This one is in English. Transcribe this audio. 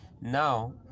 Now